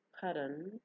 pattern